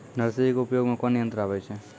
Nursery के उपयोग मे कोन यंत्र आबै छै?